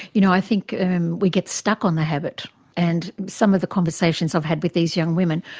you know, i think we get stuck on the habit and some of the conversations i've had with these young women,